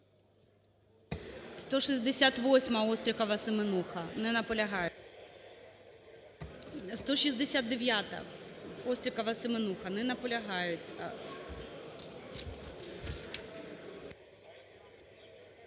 168-а,Острікова, Семенуха. Не наполягають. 169-а,Острікова, Семенуха. Не наполягають.